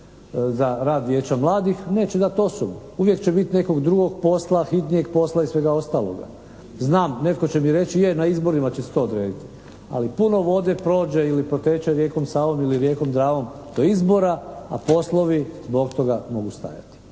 za rad vijeća mladih, neće dati osobu. Uvijek će biti nekog drugog posla, hitnijeg posla i svega ostaloga. Znam netko će mi reći na izborima će se to odrediti. Ali puno vode prođe ili proteče rijekom Savom ili rijekom Dravom do izbora, a poslovi zbog toga mogu stajati.